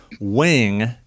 Wing